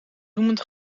zoemend